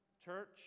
Church